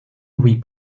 louis